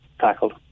tackled